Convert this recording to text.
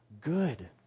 good